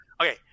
Okay